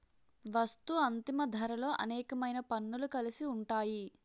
వస్తూ అంతిమ ధరలో అనేకమైన పన్నులు కలిసి ఉంటాయి